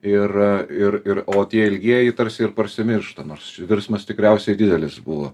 ir ir ir o tie ilgieji tarsi ir parsimiršta nors virsmas tikriausiai didelis buvo